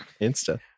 Insta